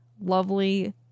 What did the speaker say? lovely